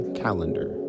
calendar